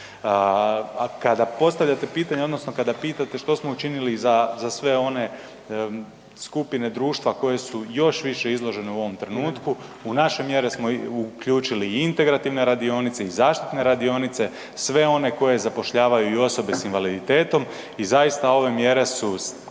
Kada postavljate pitanje odnosno kada pitate što smo učinili za sve one skupine društva koje su još više izložene u ovom trenutku, u naše mjere smo uključili i integrativne radionice i zaštitne radionice, sve one koje zapošljavaju i osobe s invaliditetom i zaista ove mjere su